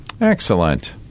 Excellent